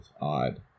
odd